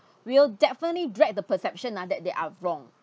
will definitely drag the perception ah that they are wrong